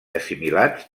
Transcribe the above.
assimilats